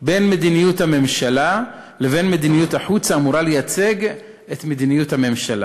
בין מדיניות הממשלה לבין מדיניות החוץ האמורה לייצג את מדיניות הממשלה.